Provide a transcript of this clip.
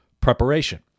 preparation